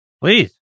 Please